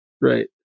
right